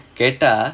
கேட்டா:kaettaa